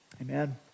amen